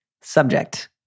Subject